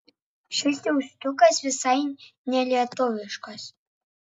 šis jaustukas visai nelietuviškas